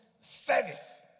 service